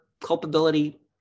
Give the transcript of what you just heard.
culpability